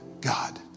God